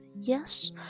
yes